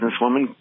businesswoman